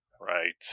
Right